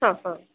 हां हां